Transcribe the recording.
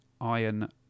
Iron